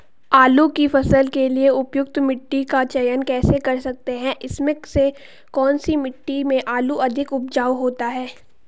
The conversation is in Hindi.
आलू की फसल के लिए उपयुक्त मिट्टी का चयन कैसे कर सकते हैं इसमें से कौन सी मिट्टी में आलू अधिक उपजाऊ होता है?